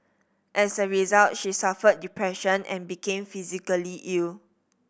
as a result she suffered depression and became physically ill